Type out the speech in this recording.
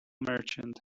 merchant